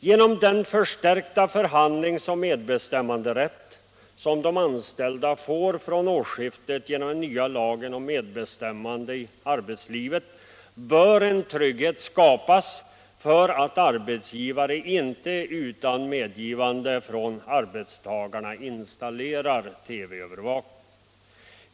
Genom den förstärkta förhandlings och medbestämman derätt som de anställda får från årsskiftet genom den nya lagen om medbestämmande i arbetslivet bör en trygghet skapas för att arbetsgivare inte utan medgivande från arbetstagarna installerar TV-övervakning.